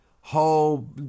whole